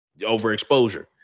overexposure